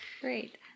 Great